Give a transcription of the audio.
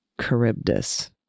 Charybdis